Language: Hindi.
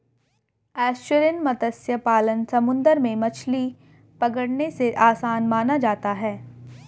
एस्चुरिन मत्स्य पालन समुंदर में मछली पकड़ने से आसान माना जाता है